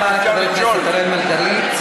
תודה רבה לחבר הכנסת אראל מרגלית.